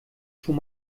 schon